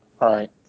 Right